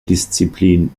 disziplin